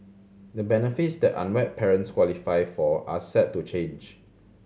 the benefits that unwed parents qualify for are set to change